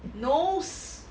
knows